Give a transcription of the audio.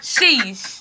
Sheesh